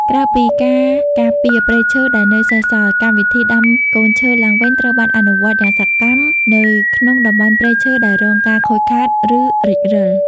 ក្រៅពីការការពារព្រៃឈើដែលនៅសេសសល់ កម្មវិធីដាំកូនឈើឡើងវិញ ត្រូវបានអនុវត្តយ៉ាងសកម្មនៅក្នុងតំបន់ព្រៃឈើដែលរងការខូចខាត ឬរិចរិល។